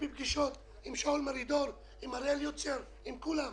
בפגישות עם שאול מרידור, עם אריאל יוצר, עם כולם.